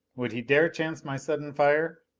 would he dare chance my sudden fire?